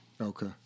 Okay